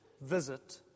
visit